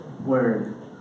word